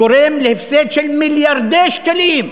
גורם להפסד של מיליארדי שקלים.